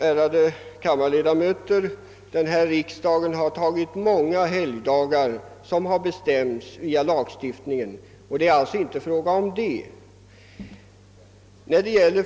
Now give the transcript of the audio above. Ärade kammarledamöter, den svenska riksdagen har fastställt många helgdagar via lagstiftning, men det är inte detta frågan gäller.